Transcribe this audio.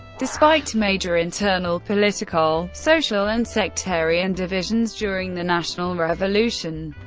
despite major internal political, social and sectarian divisions during the national revolution,